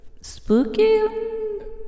Spooky